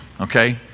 okay